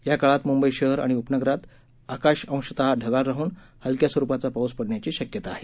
याकाळात मुंबई शहर आणि उपनगरात आकाश अंशत ढगाळ राहन हलक्या स्वरुपाचा पाऊस पडण्याची शक्यता आहे